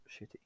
shitty